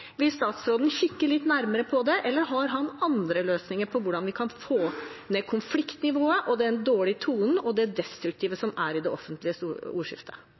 Vil statsråden kikke litt nærmere på det, eller har han andre løsninger for hvordan vi kan få ned konfliktnivået, den dårlige tonen og det destruktive i det offentlige